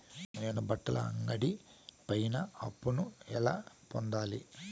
నేను బట్టల అంగడి పైన అప్పును ఎలా పొందాలి?